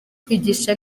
kwigisha